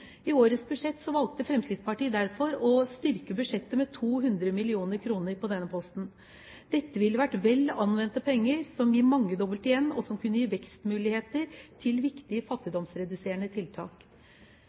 I årets budsjett valgte Fremskrittspartiet derfor å styrke budsjettet med 200 mill. kr på denne posten. Dette ville vært vel anvendte penger, som ville gitt mangedobbelt igjen, og som kunne gitt vekstmuligheter til viktige